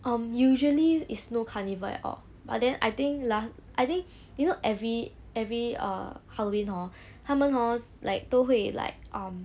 um usually is no carnival at all but then I think la~ I think you know every every err halloween hor 他们 hor like 都会 like um